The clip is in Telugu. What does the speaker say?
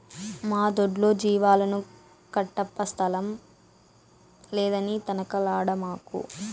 మా దొడ్లో జీవాలను కట్టప్పా స్థలం లేదని తనకలాడమాకు